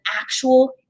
actual